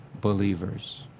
believers